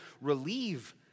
relieve